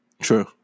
True